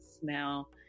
smell